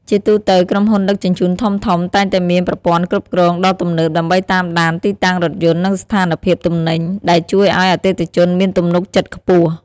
ជាទូទៅ ក្រុមហ៊ុនដឹកជញ្ជូនធំៗតែងតែមានប្រព័ន្ធគ្រប់គ្រងដ៏ទំនើបដើម្បីតាមដានទីតាំងរថយន្តនិងស្ថានភាពទំនិញ ដែលជួយឱ្យអតិថិជនមានទំនុកចិត្តខ្ពស់។